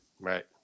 Right